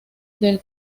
del